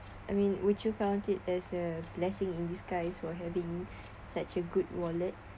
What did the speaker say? I mean would you count it as a blessing in disguise for having such a good wallet